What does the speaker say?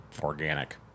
organic